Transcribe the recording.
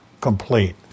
complete